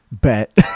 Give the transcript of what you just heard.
bet